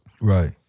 Right